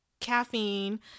caffeine